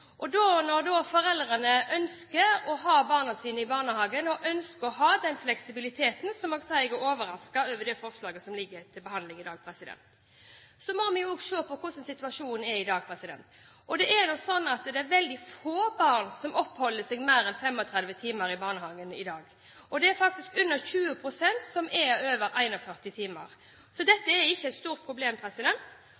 Når foreldrene ønsker å ha barna sine i barnehagen og ønsker å ha den fleksibiliteten, må jeg si at jeg er overrasket over det forslaget som ligger til behandling i dag. Så må vi se på hvordan situasjonen er i dag. Det er veldig få barn som oppholder seg i mer enn 35 timer i barnehagen i dag. Det er faktisk under 20 pst. som er der i over 41 timer, så